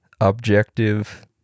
objective